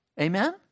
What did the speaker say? amen